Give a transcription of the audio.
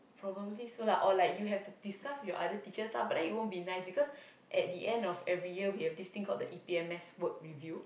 probably so lah or like you have to discuss with your other teachers lah but then it won't be nice because at the end of every year we have this thing called the E_P_M_S work review